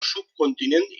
subcontinent